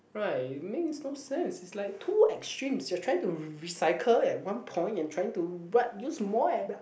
right it makes no sense it's like too extreme you're trying to recycle at one point and trying to what use more